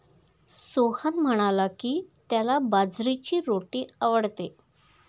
सोहन म्हणाला की, त्याला बाजरीची रोटी आवडते